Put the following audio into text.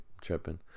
tripping